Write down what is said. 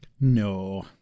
No